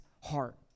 heart